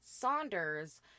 Saunders